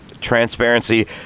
transparency